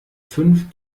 fünf